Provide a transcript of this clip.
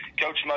Coach